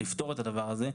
לפתור את הדבר הזה,